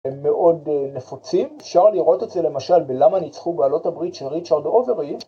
הם מאוד נפוצים, אפשר לראות את זה למשל בלמה ניצחו בעלות הברית של ריצ'רד אוברי.